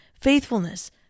faithfulness